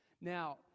Now